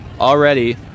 already